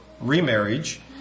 remarriage